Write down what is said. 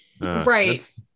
Right